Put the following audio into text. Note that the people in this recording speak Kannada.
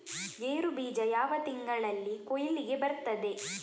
ಗೇರು ಬೀಜ ಯಾವ ತಿಂಗಳಲ್ಲಿ ಕೊಯ್ಲಿಗೆ ಬರ್ತದೆ?